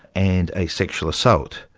and a sexual assault.